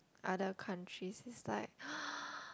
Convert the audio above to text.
other countries is like